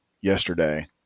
yesterday